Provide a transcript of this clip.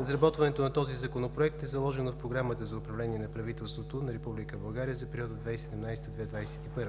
Изработването на този Законопроект е заложено в Програмата за управление на правителството на Република България за периода 2017 – 2021